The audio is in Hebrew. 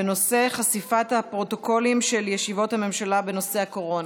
בנושא: חשיפת הפרוטוקולים של ישיבות הממשלה בנושא הקורונה.